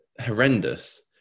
horrendous